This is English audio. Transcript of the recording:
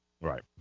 Right